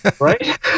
right